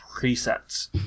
presets